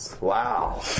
Wow